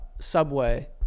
Subway